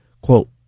quote